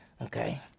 Okay